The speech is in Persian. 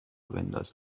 بندازه